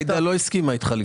אעידה לא הסכימה איתך.